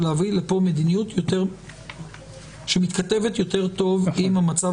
ולהביא לפה מדיניות שמתכתבת יותר טוב עם המצב